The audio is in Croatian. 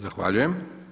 Zahvaljujem.